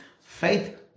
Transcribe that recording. faith